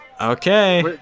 okay